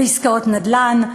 בעסקאות נדל"ן,